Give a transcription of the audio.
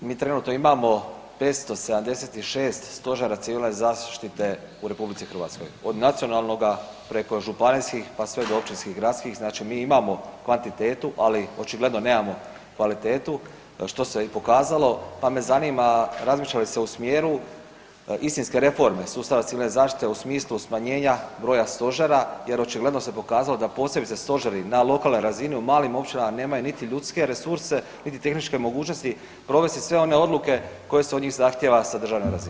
Mi trenutno imamo 576 stožera civilne zaštite u RH, od nacionalnoga preko županijskih pa sve do općinskih i gradskih, znači mi imamo kvantitetu ali očigledno nemamo kvalitetu što se pokazalo, pa me zanima razmišlja li se u smjeru istinske reforme sustava civilne zaštite u smislu smanjenja broja stožera jer očigledno se pokazalo da posebice stožeri na lokalnoj razini u malim općinama nemaju niti ljudske resurse niti tehničke mogućnosti provesti sve one odluke koje se od njih zahtijeva sa državne razine?